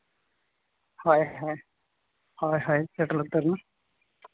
ᱦᱳᱭ ᱦᱮᱸ ᱦᱳᱭ ᱦᱳᱭ